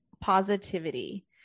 positivity